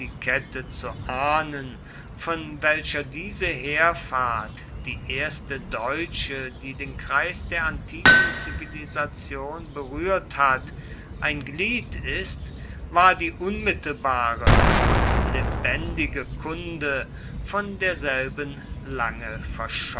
kette zu ahnen von welcher diese heerfahrt die erste deutsche die den kreis der antiken zivilisation berührt hat ein glied ist war die unmittelbare und lebendige kunde von derselben lange